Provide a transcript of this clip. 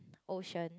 ocean